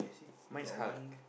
mine's heart